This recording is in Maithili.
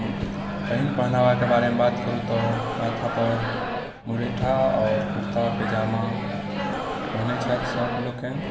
पहिन पहिरावाके बारेमे बात करू तऽ माथापर मुरैठा आओर कुर्ता पैजामा पहिरैत छथि सभ लोकनि